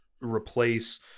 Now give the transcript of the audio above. replace